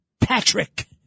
Patrick